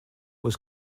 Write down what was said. was